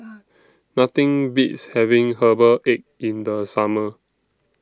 Nothing Beats having Herbal Egg in The Summer